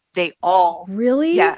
they all. really? yeah.